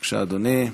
בבקשה, אדוני.